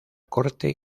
corte